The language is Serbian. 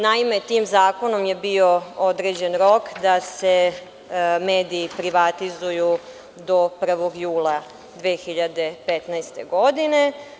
Naime, tim zakonom je bio određen rok da se mediji privatizuju do 1. jula 2015. godine.